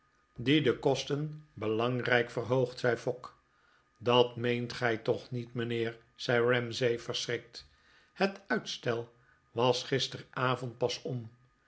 die de kosten belangrijk verhoogt zei fogg dat meent gij toch niet mijnheer zei ramsay verschrikt het uitstel was gisteravond pas om